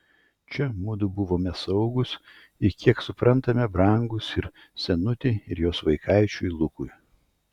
čia mudu buvome saugūs ir kiek suprantame brangūs ir senutei ir jos vaikaičiui lukui